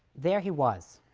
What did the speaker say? there he was,